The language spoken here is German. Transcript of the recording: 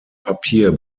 papier